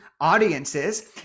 audiences